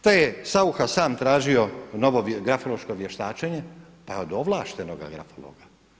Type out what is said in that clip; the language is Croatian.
Te je Saucha sam tražio novo grafološko vještačenje, pa od ovlaštenoga grafologa.